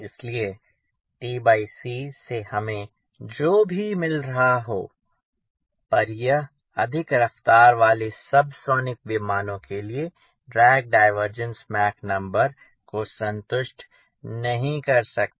इसलिए से हमें जो भी मिल रहा हो पर यह अधिक रफ्तार वाले सबसोनिक विमानों के लिए ड्रैग डिवेर्जेंस मॉक नंबर को संतुष्ट नहीं कर सकता